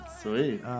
sweet